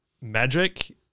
magic